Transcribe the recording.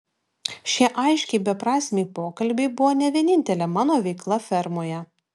šie aiškiai beprasmiai pokalbiai buvo ne vienintelė mano veikla fermoje